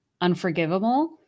unforgivable